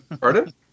Pardon